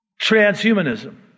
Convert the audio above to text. Transhumanism